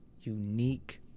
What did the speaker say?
unique